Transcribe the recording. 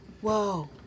Whoa